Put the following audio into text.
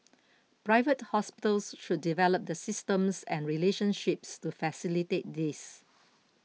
Private Hospitals should develop the systems and relationships to facilitate this